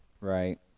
Right